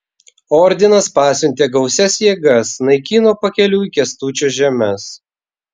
ordinas pasiuntė gausias jėgas naikino pakeliui kęstučio žemes